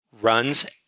runs